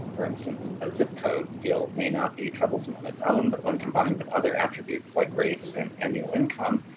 for instance, a zip code field may not be troublesome on its own but when combined with other attributes like race and annual income,